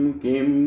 kim